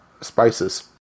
spices